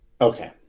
Okay